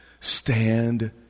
stand